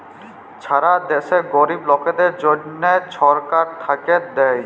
ছারা দ্যাশে গরিব লকদের জ্যনহ ছরকার থ্যাইকে দ্যায়